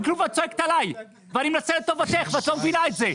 את לא מבינה כלום ואת צועקת עליי ואני מנסה לטובתך ואת לא מבינה את זה.